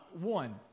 One